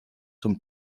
zum